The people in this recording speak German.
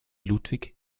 ludwig